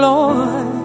Lord